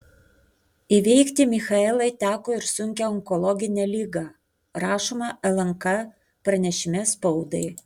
įveikti michaelai teko ir sunkią onkologinę ligą rašoma lnk pranešime spaudai